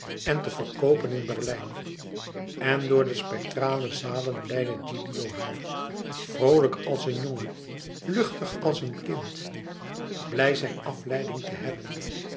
en te verkoopen in berlijn en door de spectrale zalen leidde gilio haar vroolijk als een jongen luchtig als een kind blij zijne afleiding te hebben